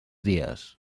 dies